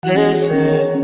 Listen